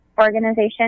organization